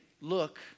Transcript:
look